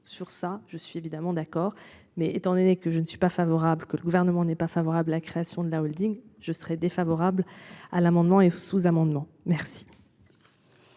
sur ça je suis évidemment d'accord mais étant donné que je ne suis pas favorable, que le gouvernement n'est pas favorable, la création de la Holding je serai défavorable à l'amendement et sous-amendements merci.